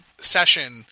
session